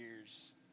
years